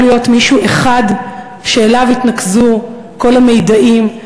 להיות מישהו שאליו יתנקזו כל המידעים,